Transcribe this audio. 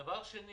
דבר שני.